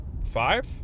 Five